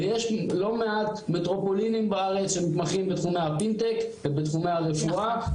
ויש לא מעט מטרופולינים בארץ שמתמחים בתחומי הבינטק ובתחומי הרפואה,